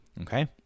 Okay